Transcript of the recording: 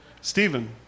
Stephen